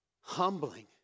humbling